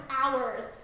hours